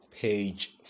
page